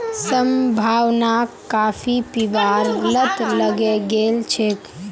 संभावनाक काफी पीबार लत लगे गेल छेक